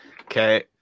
Okay